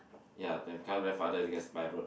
ya then become grandfather that's my road